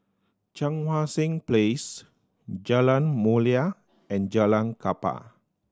Cheang Wan Seng Place Jalan Mulia and Jalan Kapal